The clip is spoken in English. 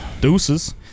deuces